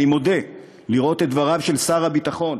אני מודה, לראות את דבריו של שר הביטחון,